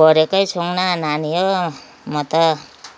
पढेको छैनौँ नानी हौ म त